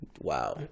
Wow